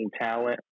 talent